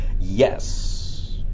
Yes